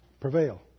Prevail